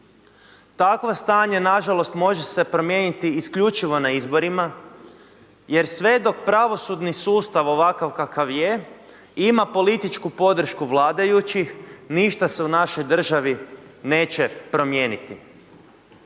Takvo stanje nažalost može se promijeniti isključivo na izborima jer sve dok pravosudni sustav ovakav kakav je ima političku podršku vladajućih ništa se u našoj državi neće promijeniti.